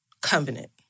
covenant